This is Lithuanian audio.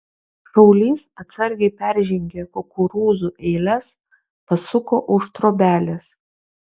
šaulys atsargiai peržengė kukurūzų eiles pasuko už trobelės